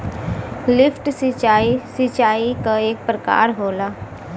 lift सिंचाई, सिंचाई क एक प्रकार होला